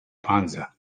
panza